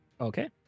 Okay